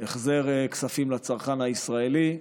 החזר כספים לצרכן הישראלי.